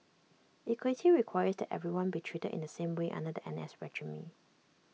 equity requires that everyone be treated in the same way under the N S regime